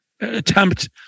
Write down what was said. attempt